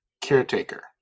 caretaker